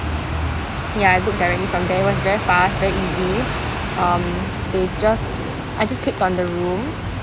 ya I booked directly from there it was very fast very easy um I just I just clicked on the room